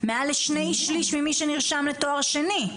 מעל לשני-שליש ממי שנרשם לתואר שני.